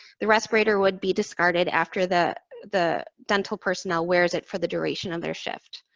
the respirator would be discarded after the the dental personnel wears it for the duration of their shift.